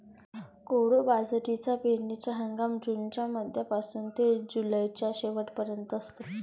कोडो बाजरीचा पेरणीचा हंगाम जूनच्या मध्यापासून ते जुलैच्या शेवट पर्यंत असतो